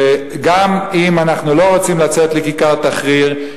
שגם אם אנחנו לא רוצים לצאת לכיכר תחריר,